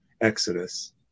exodus